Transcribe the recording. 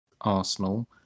Arsenal